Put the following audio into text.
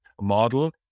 model